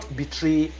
betray